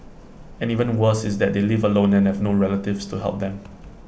and even worse is that they live alone and have no relatives to help them